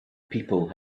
people